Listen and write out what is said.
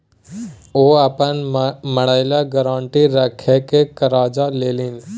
ओ अपन मड़ैया गारंटी राखिकए करजा लेलनि